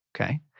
Okay